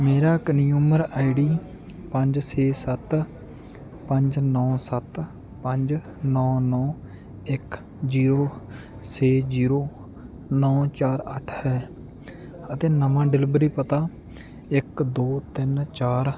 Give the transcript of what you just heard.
ਮੇਰਾ consumer I D ਪੰਜ ਛੇ ਸੱਤ ਪੰਜ ਨੌਂ ਸੱਤ ਪੰਜ ਨੌਂ ਨੌਂ ਇੱਕ ਜ਼ੀਰੋ ਛੇ ਜ਼ੀਰੋ ਨੌਂ ਚਾਰ ਅੱਠ ਹੈ ਅਤੇ ਨਵਾਂ ਡਿਲਿਵਰੀ ਪਤਾ ਇੱਕ ਦੋ ਤਿੰਨ ਚਾਰ